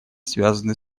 связаны